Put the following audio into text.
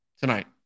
tonight